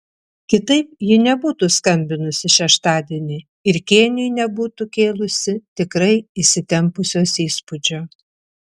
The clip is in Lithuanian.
kitaip ji nebūtų skambinusi šeštadienį ir kėniui nebūtų kėlusi tikrai įsitempusios įspūdžio